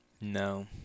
no